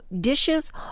dishes